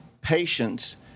patience